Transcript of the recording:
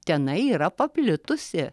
tenai yra paplitusi